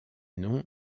noms